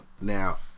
Now